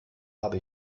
habe